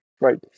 right